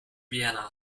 vienna